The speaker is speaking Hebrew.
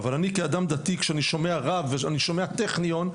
אבל אני כאדם דתי כשאני שומע רב ואני שומע טכניון,